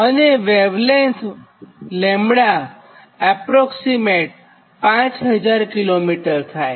અને wavelength λ5000 km થાય